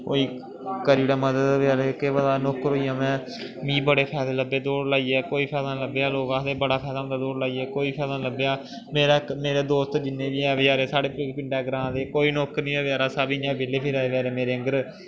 करी ओड़ै मदद बेचारे केह् पता नौकर होई जां में मीं बड़े फैदे लब्भे दौड़ लाइयै कोई फैदा निं लब्भेआ लोक आखदे बड़ा फैदा होंदा दौड़ लाइयै कोई फैदा निं लब्भेआ मेरा इक मेरे दोस्त जिन्ने बी ऐ बेचारे साढ़े पिंडै ग्रांऽ दे कोई नौकर निं ऐ बेचारे सब इ'यां बेह्ल्ले फिरा दे बचैरे मेरे आंहगर